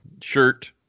shirt